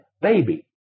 baby